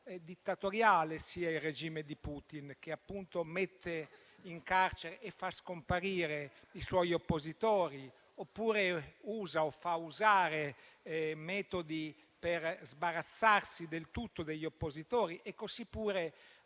dittatoriale sia il regime di Putin, che mette in carcere e fa scomparire i suoi oppositori oppure usa o fa usare metodi per sbarazzarsi del tutto degli oppositori e così pure